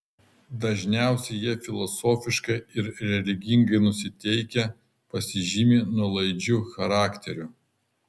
dažniausiai jie filosofiškai ir religingai nusiteikę pasižymi nuolaidžiu charakteriu